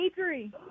Adri